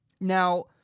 Now